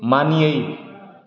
मानियै